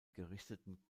gerichteten